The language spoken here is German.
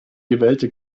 gewählte